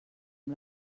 amb